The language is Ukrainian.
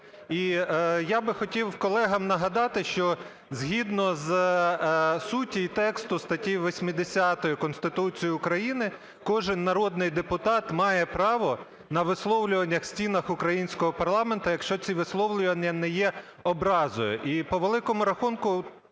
І я би хотів колегам нагадати, що, згідно суті і тексту статті 80 Конституції України, кожен народний депутат має право на висловлювання в стінах українського парламенту, якщо це висловлювання не є образою.